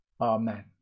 Amen